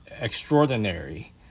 extraordinary